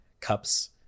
cups